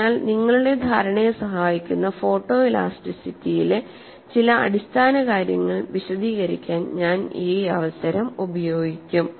അതിനാൽ നിങ്ങളുടെ ധാരണയെ സഹായിക്കുന്ന ഫോട്ടോഇലാസ്റ്റിറ്റിയിലെ ചില അടിസ്ഥാനകാര്യങ്ങൾ വിശദീകരിക്കാൻ ഞാൻ ഈ അവസരം ഉപയോഗിക്കും